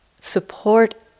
support